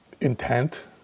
intent